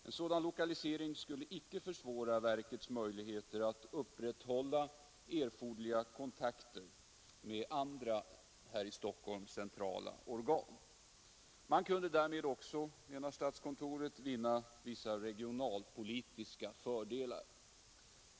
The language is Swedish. En sådan lokalisering skulle icke 16 maj 1974 försvåra verkets möjligheter att upprätthålla erforderliga kontakter med andra centrala organ som finns här i Stockholm. Man kunde därmed också, menar statskontoret, vinna vissa regionalpolitiska fördelar.